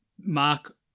mark